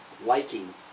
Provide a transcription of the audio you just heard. Liking